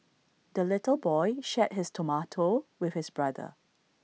the little boy shared his tomato with his brother